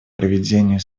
проведению